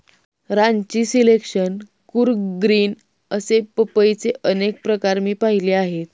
Ranchi selection, Coorg green असे पपईचे अनेक प्रकार मी पाहिले आहेत